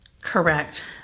Correct